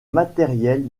matériels